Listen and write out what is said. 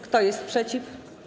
Kto jest przeciw?